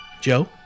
Joe